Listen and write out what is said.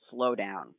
slowdown